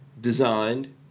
designed